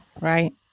right